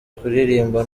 kuririmba